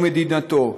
ומדינתו".